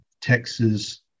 Texas